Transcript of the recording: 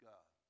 God